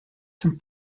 some